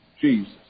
Jesus